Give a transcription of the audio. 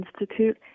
Institute